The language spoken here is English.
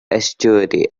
estuary